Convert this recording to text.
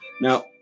Now